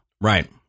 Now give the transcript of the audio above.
Right